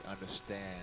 understand